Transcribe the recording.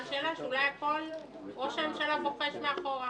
שאלה שאולי הכול ראש הממשלה בוחש מאחורה